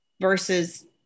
versus